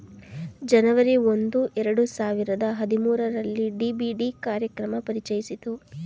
ಜನವರಿ ಒಂದು ಎರಡು ಸಾವಿರದ ಹದಿಮೂರುರಲ್ಲಿ ಡಿ.ಬಿ.ಡಿ ಕಾರ್ಯಕ್ರಮ ಪರಿಚಯಿಸಿತು